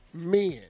men